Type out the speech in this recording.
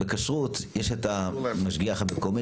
בכשרות יש את המשגיח המקומי,